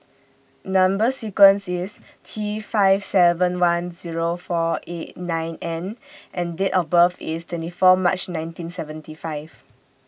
Number sequence IS T five seven one Zero four eight nine N and Date of birth IS twenty four March nineteen seventy five